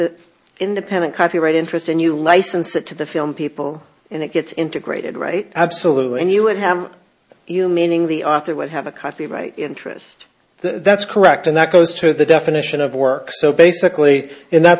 the independent copyright interest and you license it to the film people and it gets integrated right absolutely and you would have you meaning the author would have a copyright interest that's correct and that goes to the definition of work so basically in that